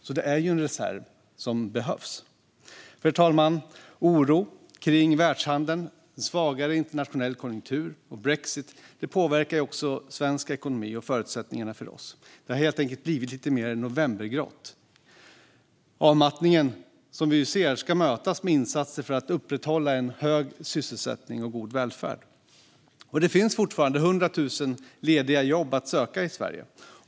Det är en reserv som behövs. Herr talman! Oro kring världshandeln, svagare internationell konjunktur och brexit påverkar svensk ekonomi och förutsättningarna för oss. Det har helt enkelt blivit lite mer novembergrått. Det handlar om avmattningen, som vi ser ska mötas med insatser för att upprätthålla en hög sysselsättning och en god välfärd. Det finns fortfarande 100 000 lediga jobb att söka i Sverige.